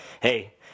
hey